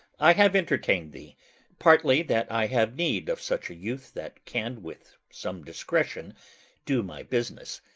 i have entertained thee partly that i have need of such a youth that can with some discretion do my business,